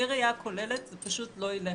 בלי ראייה כוללת זה פשוט לא ילך.